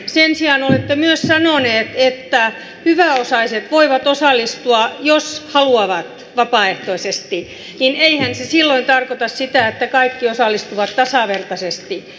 sen sijaan kun olette myös sanonut että hyväosaiset voivat osallistua jos haluavat vapaaehtoisesti niin eihän se silloin tarkoita sitä että kaikki osallistuvat tasavertaisesti